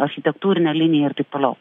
architektūrine linija ir taip toliau